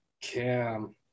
Cam